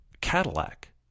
Cadillac